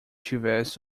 tivesse